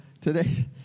Today